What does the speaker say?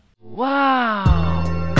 Wow